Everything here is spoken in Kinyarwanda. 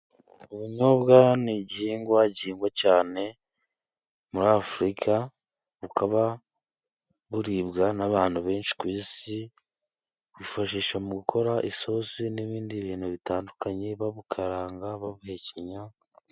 Ubunyobwa ni igihingwa gihingwa cyane muri Afurika. Bukaba buribwa n'abantu benshi ku isi bifashisha mu gukora isosi n'ibindi bintu bitandukanye, babukaranga, babuhekenya.